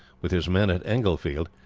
with his men at englefield,